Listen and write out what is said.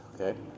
Okay